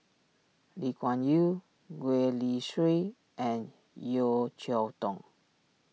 Lee Kuan Yew Gwee Li Sui and Yeo Cheow Tong